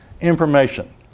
information